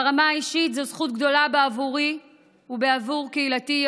ברמה האישית זו זכות גדולה בעבורי ובעבור קהילתי,